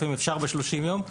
לפעמים אפשר ב-30 יום.